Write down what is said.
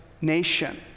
nation